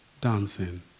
dancing